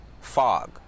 fog